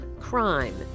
crime